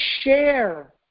share